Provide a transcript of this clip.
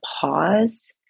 pause